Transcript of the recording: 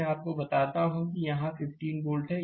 मैं आपको बताता हूं कि यहां यह 15 वोल्ट है